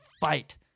fight